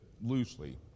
loosely